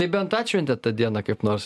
tai bent atšventėt tą dieną kaip nors